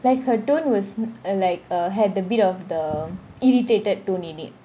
like her tone was uh like uh had a bit of the irritated tone in it